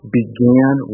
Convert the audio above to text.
began